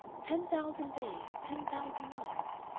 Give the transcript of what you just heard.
ten thousand days, ten thousand nights!